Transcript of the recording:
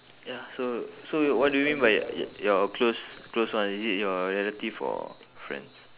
ya so so what do you mean by y~ your close close one is it your relative or friends